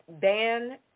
ban